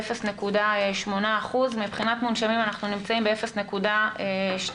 ב-0.8%; מבחינת מונשמים אנחנו נמצאים ב-0.2%;